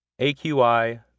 AQI